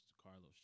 Carlos